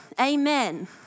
amen